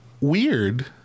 weird